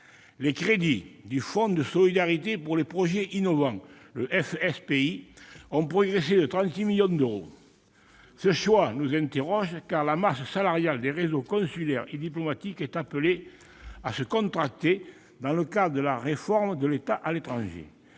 les crédits des fonds de solidarité pour les projets innovants (FSPI) ont progressé de 36 millions d'euros. Ce choix suscite des interrogations de notre part, car la masse salariale des réseaux consulaires et diplomatiques est appelée à se contracter dans le cadre de la réforme de l'État à l'étranger.